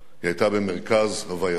היא היתה במרכז הווייתו,